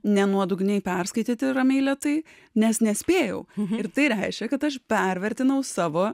ne nuodugniai perskaityti ramiai lėtai nes nespėjau ir tai reiškia kad aš pervertinau savo